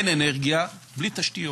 412,